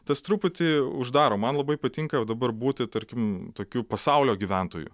tas truputį uždaro man labai patinka vat dabar būti tarkim tokiu pasaulio gyventoju